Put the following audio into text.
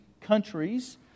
countries